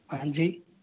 हाँ जी